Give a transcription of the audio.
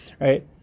right